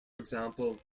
example